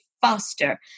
faster